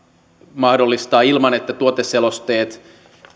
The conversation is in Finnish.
mahdollistaa ilman että tuoteselosteet